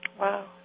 Wow